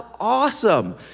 awesome